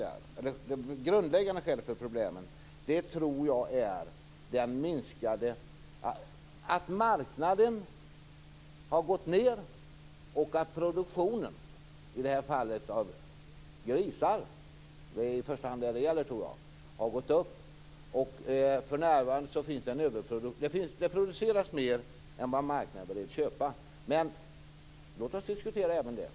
Det grundläggande skälet för problemen är nog att marknadens efterfrågan har gått ned och att produktionen av grisar har ökat. För närvarande finns det en överproduktion. Det produceras mer än vad marknaden är beredd att köpa. Men låt oss diskutera även detta.